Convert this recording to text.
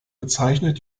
bezeichnet